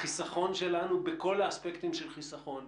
החיסכון שלנו בכל האספקטים של חיסכון,